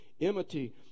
enmity